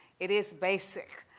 it is basic.